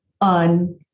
on